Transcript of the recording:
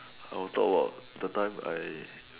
I will thought what the time I